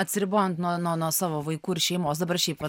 atsiribojant nuo nuo nuo savo vaikų ir šeimos dabar šiaip vat